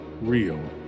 real